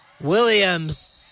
Williams